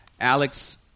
Alex